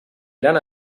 eren